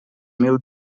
mil